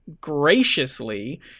graciously